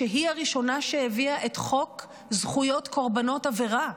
שהיא הראשונה שהביאה את חוק זכויות קורבנות עבירה,